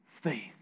faith